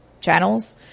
channels